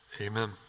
amen